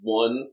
one